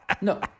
no